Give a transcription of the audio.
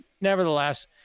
nevertheless